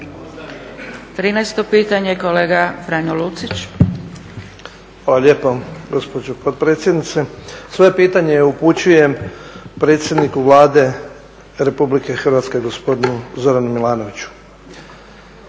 Lucić. **Lucić, Franjo (HDZ)** Hvala lijepo gospođo potpredsjedniče. Svoje pitanje upućujem predsjedniku Vlade RH, gospodinu Zoranu Milanoviću.